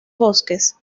bosques